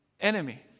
enemy